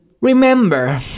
Remember